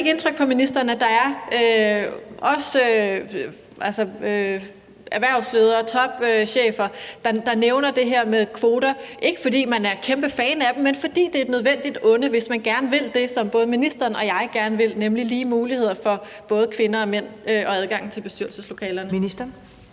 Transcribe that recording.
det ikke indtryk på ministeren, at der også er erhvervsledere og topchefer, der nævner det her med kvoter, ikke fordi man er kæmpe fan af dem, men fordi det er et nødvendigt onde, hvis man gerne vil det, som både ministeren og jeg gerne vil, nemlig lige muligheder for både kvinder og mænd og adgang til bestyrelseslokalerne?